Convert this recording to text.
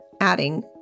adding